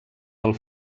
del